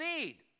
need